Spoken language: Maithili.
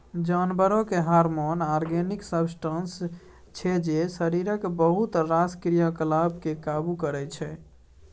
जानबरक हारमोन आर्गेनिक सब्सटांस छै जे शरीरक बहुत रास क्रियाकलाप केँ काबु करय छै